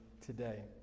today